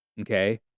Okay